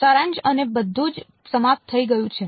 સારાંશ અને બધું જ સમાપ્ત થઈ ગયું છે